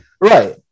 right